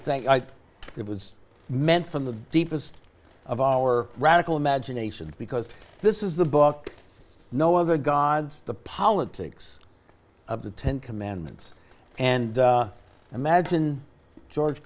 thank you it was meant from the deepest of our radical imagination because this is the book no other gods the politics of the ten commandments and imagine george